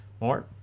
More